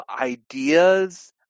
ideas